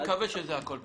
אני מקווה שזה הכול ביחד.